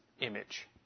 image